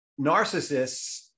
Narcissists